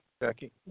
Jackie